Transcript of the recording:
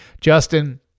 Justin